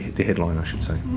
the headline i should say.